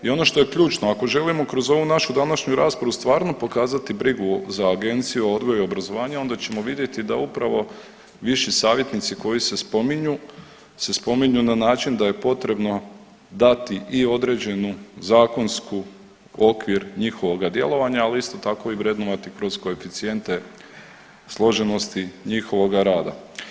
I ono što je ključno, ako želimo kroz ovu našu današnju raspravu stvarno pokazati brigu za Agenciju o odgoju i obrazovanju, onda ćemo vidjeti da upravo viši savjetnici koji se spominju se spominju na način da je potrebno dati i određenu zakonski okvir njihovoga djelovanja, ali isto tako i vrednovati kroz koeficijente složenosti njihovoga rada.